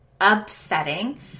Upsetting